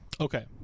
Okay